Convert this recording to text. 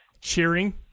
cheering